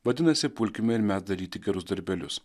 vadinasi pulkime ir mes daryti gerus darbelius